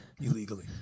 illegally